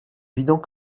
évident